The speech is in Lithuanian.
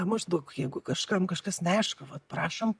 maždaug jeigu kažkam kažkas neaišku vat prašom